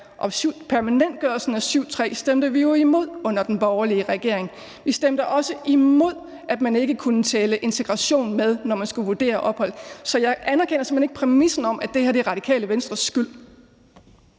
og permanentgørelsen af § 7, 3 stemte vi jo imod under den borgerlige regering. Vi stemte også imod, at man ikke kunne tælle integration med, når man skulle vurdere ophold. Så jeg anerkender simpelt hen ikke præmissen om, at det her er Radikale Venstres skyld.